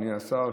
אדוני השר,